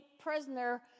prisoner